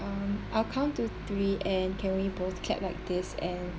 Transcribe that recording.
um I'll count to three and can we both clap like this and